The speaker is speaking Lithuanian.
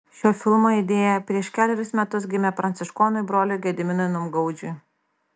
šio filmo idėja prieš kelerius metus gimė pranciškonui broliui gediminui numgaudžiui